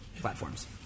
platforms